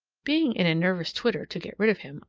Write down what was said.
being in a nervous twitter to get rid of him,